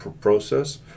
process